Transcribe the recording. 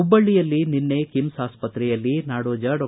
ಹುಬ್ಬಳ್ಳಿಯಲ್ಲಿ ನಿನ್ನೆ ಕಿಮ್ಸ್ ಆಸ್ಪತ್ರೆಯಲ್ಲಿ ನಾಡೋಜ ಡಾ